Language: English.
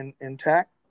intact